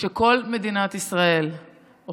כשכל מדינת ישראל הייתה סגורה,